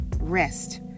Rest